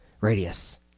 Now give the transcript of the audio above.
Radius